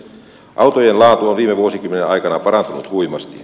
autojen laatu on viime vuosikymmenien aikana parantunut huimasti